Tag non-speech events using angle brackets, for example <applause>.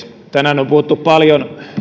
<unintelligible> tänään on puhuttu paljon